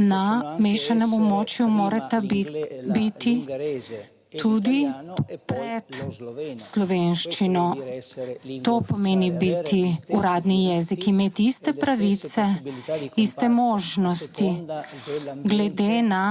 na mešanem območju morata biti tudi pred slovenščino. To pomeni biti uradni jezik, imeti iste pravice, iste možnosti glede na